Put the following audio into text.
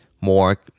more